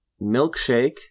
Milkshake